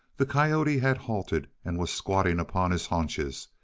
the coyote had halted and was squatting upon his haunches,